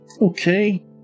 Okay